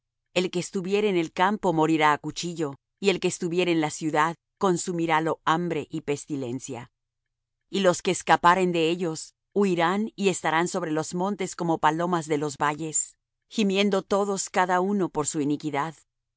el que estuviere en el campo morirá á cuchillo y al que estuviere en la ciudad consumirálo hambre y pestilencia y los que escaparen de ellos huirán y estarán sobre los montes como palomas de los valles gimiendo todos cada uno por su iniquidad